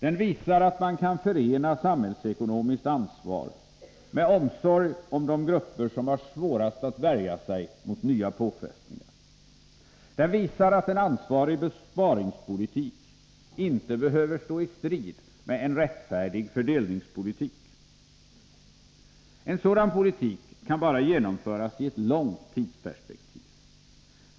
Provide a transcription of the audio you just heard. Den visar att man kan förena samhällsekonomiskt ansvar med omsorg om de grupper som har svårast att värja sig mot nya påfrestningar. Den visar att en ansvarig besparingspolitik inte behöver stå i strid med en rättfärdig fördelningspolitik. En sådan politik kan bara genomföras i ett långt tidsperspektiv.